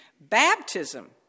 Baptism